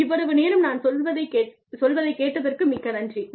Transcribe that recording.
இவ்வளவு நேரம் நான் சொல்வதைக் கேட்டதற்கு மிக்க நன்றி